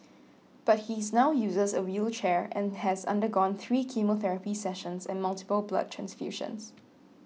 but he is now uses a wheelchair and has undergone three chemotherapy sessions and multiple blood transfusions